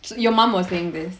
so your mum was saying this